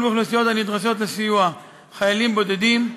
באוכלוסיות הנדרשות לסיוע: חיילים בודדים,